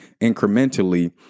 incrementally